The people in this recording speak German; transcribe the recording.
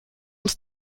uns